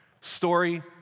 Story